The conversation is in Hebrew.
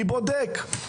מי בודק?